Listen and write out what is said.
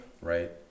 Right